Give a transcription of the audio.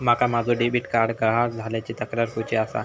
माका माझो debit card गहाळ झाल्याची तक्रार करुची आसा